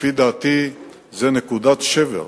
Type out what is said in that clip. לפי דעתי זאת נקודת שבר.